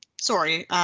Sorry